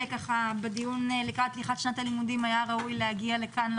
בדיון לקראת פתיחת שנת הלימודים היה ראוי להגיע לכאן,